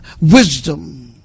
wisdom